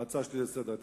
ההצעה שלי לסדר-היום.